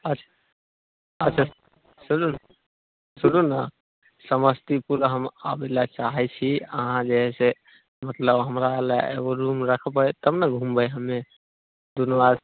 अच्छा अच्छा सुनू सुनू ने समस्तीपुर हम आबैलए चाहै छी अहाँ जे है से मतलब हमरालए एगो रूम रखबै तब ने घुमबै हमे दुनू आओर